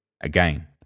Again